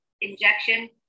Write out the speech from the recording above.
injection